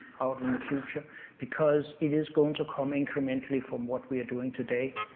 out in the future because it is going to come incrementally from what we are doing today.